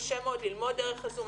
קשה מאוד ללמוד דרך ה-זום.